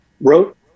wrote